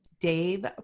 dave